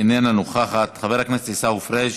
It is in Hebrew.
איננה נוכחת, חבר הכנסת עיסאווי פריג'